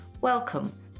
welcome